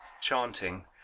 chanting